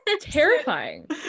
Terrifying